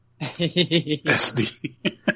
SD